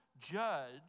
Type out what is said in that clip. judge